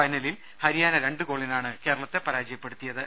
ഫൈനലിൽ ഹരിയാന രണ്ട് ഗോളിനാണ് കേര ളത്തെ പരാജയപ്പെടുത്തിയത്